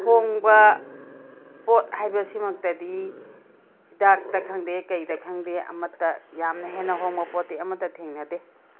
ꯑꯍꯣꯡꯕ ꯄꯣꯠ ꯍꯥꯏꯕ ꯁꯤꯃꯛꯇꯗꯤ ꯍꯤꯗꯥꯛꯇ ꯈꯪꯗꯦ ꯀꯔꯤꯗ ꯈꯪꯗꯦ ꯑꯃꯠꯇ ꯌꯥꯝꯅ ꯍꯦꯟꯅ ꯍꯣꯡꯕ ꯄꯣꯠꯇꯤ ꯑꯃꯠꯇ ꯊꯦꯡꯅꯗꯦ